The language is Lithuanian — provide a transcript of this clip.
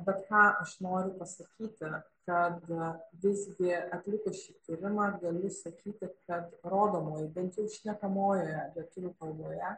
bet ką aš noriu pasakyti kad visgi atlikus šį tyrimą galiu sakyti kad rodomojo bent jau šnekamojoje lietuvių kalboje